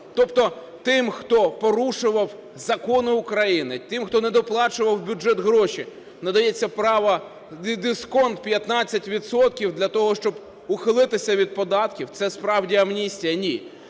Тобто тим, хто порушував закони України, тим, хто не доплачував у бюджет гроші, надається право, дисконт 15 відсотків для того, щоб ухилитися від податків. Це справді амністія? Ні.